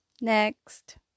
Next